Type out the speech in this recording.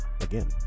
Again